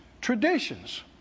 traditions